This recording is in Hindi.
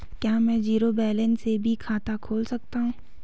क्या में जीरो बैलेंस से भी खाता खोल सकता हूँ?